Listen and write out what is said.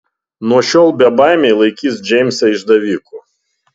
nuo šiol bebaimiai laikys džeimsą išdaviku